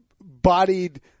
bodied